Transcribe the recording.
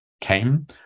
came